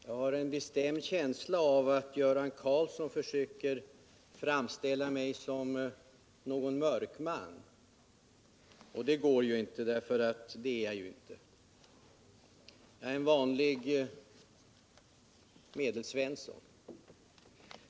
Herr talman! Jag har en bestämd känsla av att Göran Karlsson försöker framställa mig som mörkman. Men det går ju inte, för det är jag inte. Jag är en vanlig Medelsvensson.